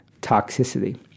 toxicity